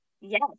Yes